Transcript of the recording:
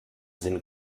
sinn